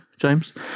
James